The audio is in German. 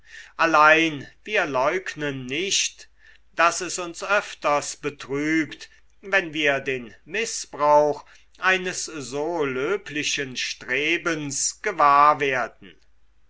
allein wir leugnen nicht daß es uns öfters betrübt wenn wir den mißbrauch eines so löblichen strebens gewahr werden